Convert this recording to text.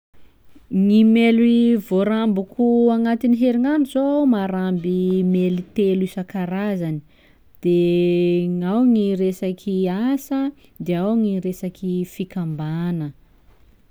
Gny maily hoy voarambiko agnatiny herignandro zô maharamby maily telo isan-karazany: de nao gny resaky asa, de ao gny resaky fikambana.